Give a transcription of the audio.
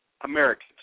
Americans